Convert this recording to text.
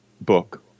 book